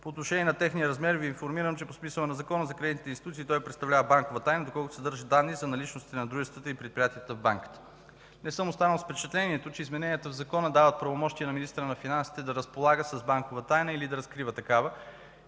По отношение на техния размер Ви информирам, че по смисъла на Закона за кредитните институции той представлява банкова тайна доколкото съдържа данни за наличности на дружествата и предприятията в банката. Не съм останал с впечатлението, че измененията в Закона дават правомощия на министъра на финансите да разполага с банкова тайна или да разкрива такава